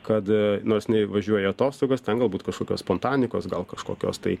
kad nors jinai važiuoja į atostogas ten galbūt kažkokios spontanikos gal kažkokios tai